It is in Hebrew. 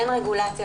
אין רגולציה,